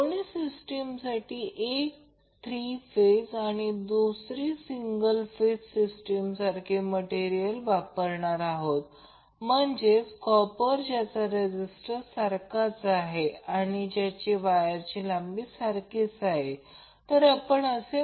म्हणून समजा जर सिंगल फेज सोर्स घेतला आणि समजा हा येणारा मार्ग आहे आणि हा परतीचा मार्ग आहे तर रेजिस्टन्स R आणि R आहे तर ते 2R असेल